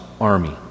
army